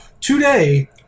today